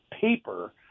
paper